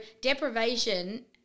deprivation